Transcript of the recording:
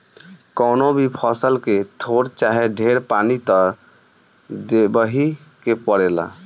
कवनो भी फसल के थोर चाहे ढेर पानी त देबही के पड़ेला